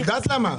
את יודעת למה,